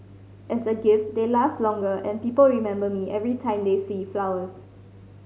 as a gift they last longer and people remember me every time they see the flowers